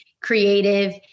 creative